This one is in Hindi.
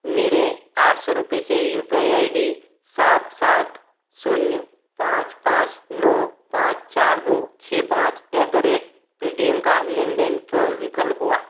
मेरे आठ सौ रुपये से U P I I D सात सात शून्य पाँच पाँच नौ पाँच चार दो छः पाँच एट द रेट पेटीएम का लेनदेन क्यों विफल हुआ